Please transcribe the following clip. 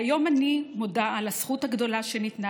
והיום אני מודה על הזכות הגדולה שניתנה